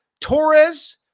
Torres